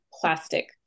plastic